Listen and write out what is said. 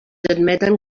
admeten